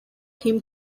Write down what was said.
him